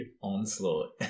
onslaught